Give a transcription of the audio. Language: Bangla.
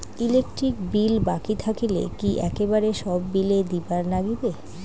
ইলেকট্রিক বিল বাকি থাকিলে কি একেবারে সব বিলে দিবার নাগিবে?